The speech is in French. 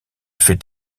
fait